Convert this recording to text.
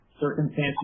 circumstances